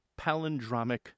palindromic